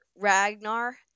Ragnar